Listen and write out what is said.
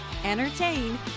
entertain